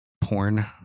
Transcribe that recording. porn